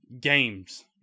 games